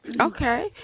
Okay